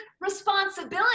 responsibility